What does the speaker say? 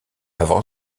avant